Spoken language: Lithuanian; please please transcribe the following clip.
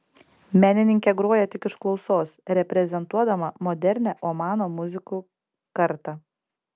menininkė groja tik iš klausos reprezentuodama modernią omano muzikų kartą